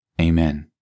Amen